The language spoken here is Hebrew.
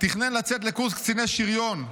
תכנן לצאת לקורס קציני שריון,